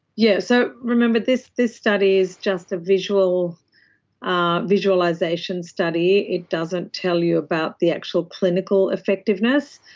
yes, so remember this this study is just a visualisation ah visualisation study, it doesn't tell you about the actual clinical effectiveness,